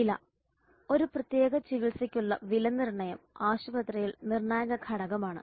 വില ഒരു പ്രത്യേക ചികിത്സയ്ക്കുള്ള വിലനിർണ്ണയം ആശുപത്രിയിൽ നിർണായക ഘടകമാണ്